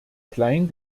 klein